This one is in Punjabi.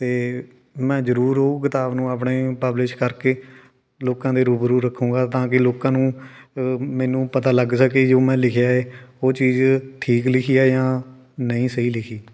ਅਤੇ ਮੈਂ ਜ਼ਰੂਰ ਉਹ ਕਿਤਾਬ ਨੂੰ ਆਪਣੇ ਪਬਲਿਸ਼ ਕਰਕੇ ਲੋਕਾਂ ਦੇ ਰੂਬਰੂ ਰੱਖੂੰਗਾ ਤਾਂ ਕਿ ਲੋਕਾਂ ਨੂੰ ਮੈਨੂੰ ਪਤਾ ਲੱਗ ਸਕੇ ਜੋ ਮੈਂ ਲਿਖਿਆ ਏ ਉਹ ਚੀਜ਼ ਠੀਕ ਲਿਖੀ ਆ ਜਾਂ ਨਹੀਂ ਸਹੀ ਲਿਖੀ